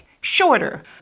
shorter